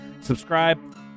subscribe